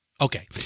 Okay